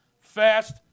fast